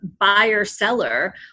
buyer-seller